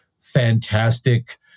fantastic